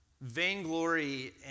Vainglory